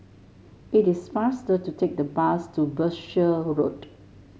it is faster to take the bus to Berkshire Road